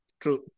True